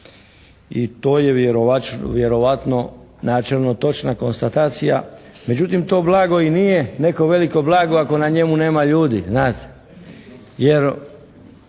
i to je vjerovatno načelno točna konstatacija, međutim to blago i nije neko veliko blago ako na njemu nema ljudi